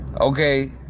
Okay